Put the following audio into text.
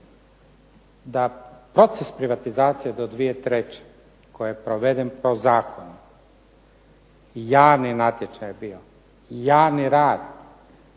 da proces privatizacije do 2003. koji je proveden po zakonu, javni natječaj je bio, javni rad,